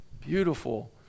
Beautiful